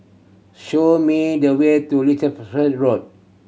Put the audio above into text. show me the way to Road